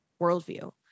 worldview